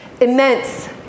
immense